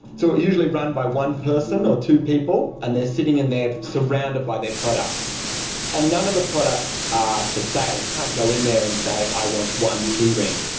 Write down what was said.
so it's usually run by one person or two people and they're sitting in there, surrounded by their products and none of the products are for sale. you can't go in there and say, i want one keyring.